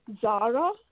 Zara